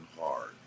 hard